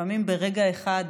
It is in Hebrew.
לפעמים ברגע אחד,